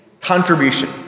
contribution